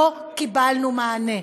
לא קיבלנו מענה.